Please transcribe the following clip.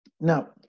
Now